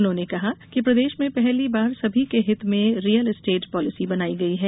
उन्होंने कहा कि प्रदेश में पहली बार सभी के हित में रियल एस्टेट पॉलिसी बनाई गई है